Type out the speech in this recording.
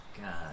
God